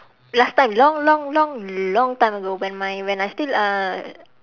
last time long long long long time ago when my when I still uh